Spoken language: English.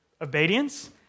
obedience